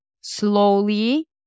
slowly